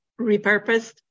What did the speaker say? repurposed